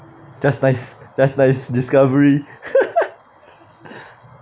just nice just nice discovery